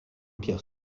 pierre